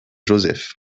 joseph